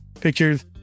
pictures